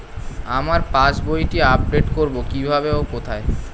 আমার পাস বইটি আপ্ডেট কোরবো কীভাবে ও কোথায়?